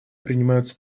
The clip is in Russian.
принимаются